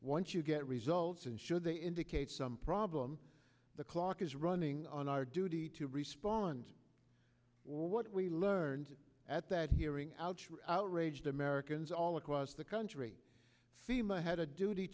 once you get results and should they indicate some problem the clock is running on our duty to respond what we learned at that hearing ouch outraged americans all across the country fema had a duty